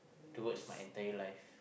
towards my entire life